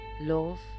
love